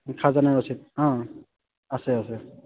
খাজানা ৰচিদ অঁ আছে আছে